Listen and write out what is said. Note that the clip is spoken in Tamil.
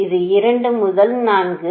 இது 2 முதல் 4